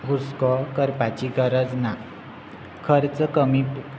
हुस्को करपाची गरज ना खर्च कमी